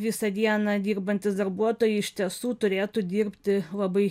visą dieną dirbantys darbuotojai iš tiesų turėtų dirbti labai